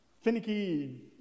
finicky